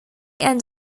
end